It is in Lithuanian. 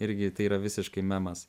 irgi tai yra visiškai memas